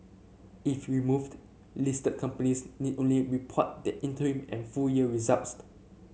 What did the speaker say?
if removed listed companies need only report their interim and full year results